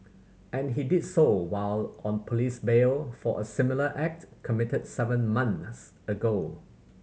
and he did so while on police bail for a similar act committed seven months ago